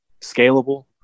scalable